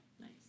Nice